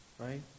Right